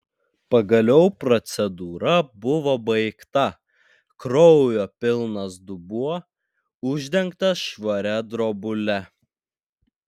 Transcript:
pagaliau procedūra buvo baigta kraujo pilnas dubuo uždengtas švaria drobule